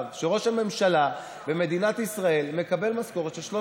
לא לכבוד שלי להתחיל להתחשבן עם ראש ממשלה על הבריכה שלו,